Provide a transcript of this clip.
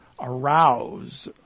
arouse